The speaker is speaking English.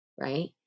Right